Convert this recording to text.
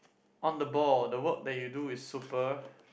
on the ball the work that you do is super